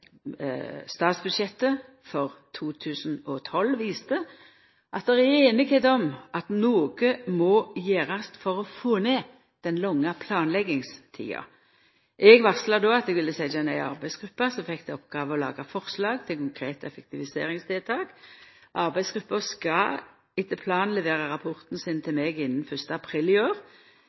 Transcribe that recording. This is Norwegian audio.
statsbudsjettet for 2012 viste at det er semje om at noko må gjerast for å få ned den lange planleggingstida. Eg varsla då at eg ville setja ned ei arbeidsgruppe som fekk til oppgåve å laga forslag til konkrete effektiviseringstiltak. Arbeidsgruppa skal etter planen levera rapporten sin til meg innan 1. april i år.